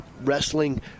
Wrestling